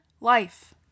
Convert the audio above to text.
life